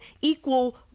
equal